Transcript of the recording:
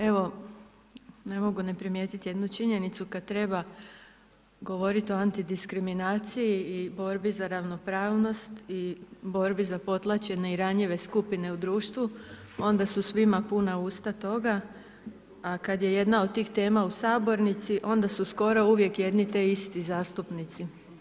Evo ne mogu ne primijetiti jednu činjenicu kada treba govoriti o anti diskriminaciji i borbi za ravnopravnost i borbi za potlačene i ranjive skupine u društvu onda su svima puna usta toga, a kad je jedna od tih tema u sabornici onda su skoro uvijek jedni te isti zastupnici.